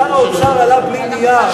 שר האוצר עלה בלי נייר.